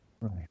right